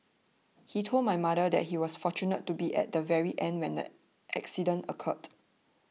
he told my mother that he was fortunate to be at the very end when the accident occurred